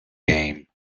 game